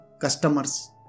customers